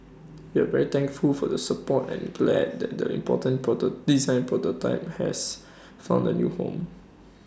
we are very thankful for the support and glad that the important design prototype has found the new home